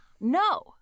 No